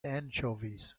anchovies